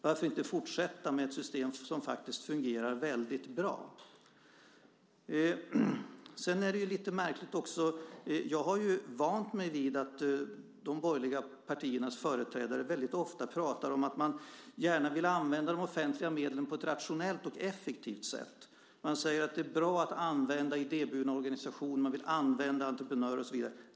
Varför inte fortsätta med ett system som fungerar väldigt bra? Det är en annan sak som är lite märklig. Jag har vant mig vid att de borgerliga partiernas företrädare väldigt ofta pratar om att man gärna vill använda de offentliga medlen på ett rationellt och effektivt sätt. Man säger att det är bra att använda idéburna organisationer, att man vill använda entreprenörer och så vidare.